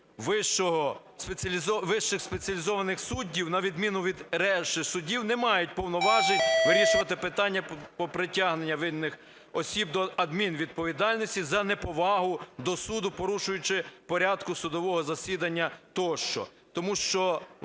вищих спеціалізованих судів, на відміну від решти судів, не мають повноважень вирішувати питання по притягненню винних осіб до адмінвідповідальності за неповагу до суду, порушуючи порядок судового засідання тощо?